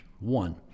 One